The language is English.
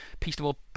peaceable